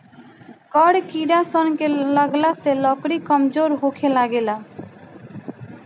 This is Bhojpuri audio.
कड़ किड़ा सन के लगला से लकड़ी कमजोर होखे लागेला